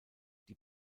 die